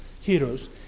Heroes